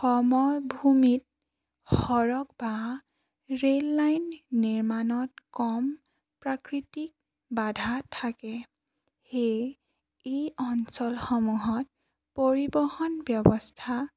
সময়ভূমিত সৰক বা ৰে'ললাইন নিৰ্মাণত কম প্ৰাকৃতিক বাধা থাকে সেয়ে এই অঞ্চলসমূহত পৰিবহণ ব্যৱস্থা